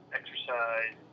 exercise